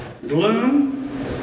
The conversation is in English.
Gloom